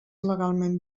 legalment